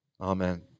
Amen